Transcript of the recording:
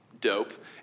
Dope